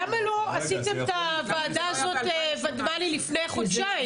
למה לא עשיתם את הוועדה הזאת ודמני, לפני חודשיים?